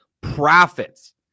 profits